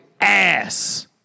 ass